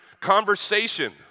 conversation